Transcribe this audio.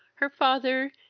her father,